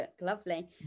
lovely